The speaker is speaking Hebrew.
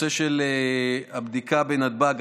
בנושא הבדיקה בנתב"ג,